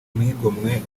mwigomwe